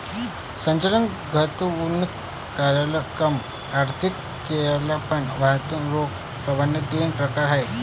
संचालन, गुंतवणूक क्रियाकलाप, आर्थिक क्रियाकलाप यातून रोख प्रवाहाचे तीन प्रकार आहेत